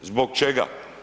Zbog čega?